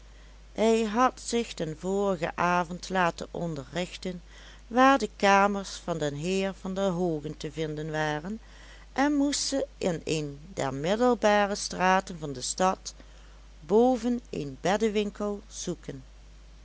hij had zich den vorigen avond laten onderrichten waar de kamers van den heer van der hoogen te vinden waren en moest ze in een der middelbare straten van de stad boven een beddewinkel zoeken